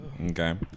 okay